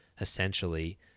essentially